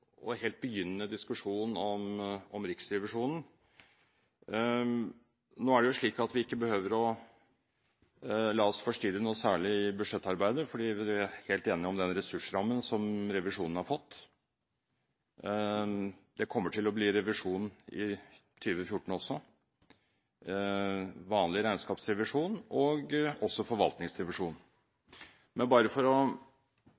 og helt begynnende diskusjon om Riksrevisjonen. Nå er det jo slik at vi ikke behøver å la oss forstyrre noe særlig i budsjettarbeidet, fordi vi er helt enige om den ressursrammen som revisjonen har fått. Det kommer til å bli revisjon i 2014 også – både vanlig regnskapsrevisjon og forvaltningsrevisjon. Men bare for å